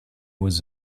was